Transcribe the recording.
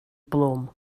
blwm